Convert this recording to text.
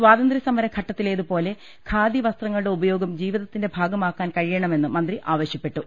സ്വാതന്ത്രൃ സമരഘട്ടത്തിലേതുപോലെ ഖാദി വസ്ത്രങ്ങളുടെ ഉപയോഗം ജീവിതത്തിന്റെ ഭാഗമാക്കാൻ കഴി യണമെന്ന് മന്ത്രി ആവശ്യപ്പെട്ടു